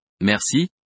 Merci